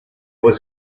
was